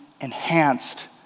enhanced